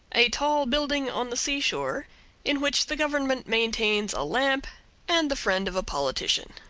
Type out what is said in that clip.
a tall building on the seashore in which the government maintains a lamp and the friend of a politician.